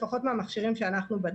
לפחות מהמכשירים שאנחנו בדקנו.